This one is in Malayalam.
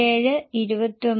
4 ആയും നിശ്ചയിച്ചിരിക്കുന്നു